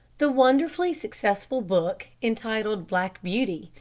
the wonderfully successful book, entitled black beauty,